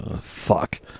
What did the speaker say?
fuck